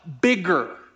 bigger